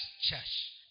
church